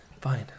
Fine